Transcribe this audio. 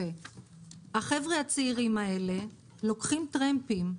החבר'ה הצעירים האלה, לוקחים טרמפים.